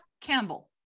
Campbell